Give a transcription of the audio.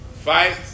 Fights